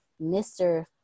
Mr